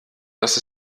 dass